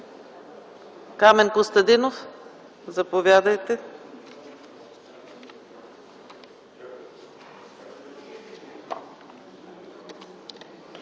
Камен Костадинов. Заповядайте.